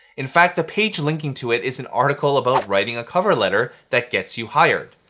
in fact, the page linking to it is an article about writing a cover letter that gets you hired.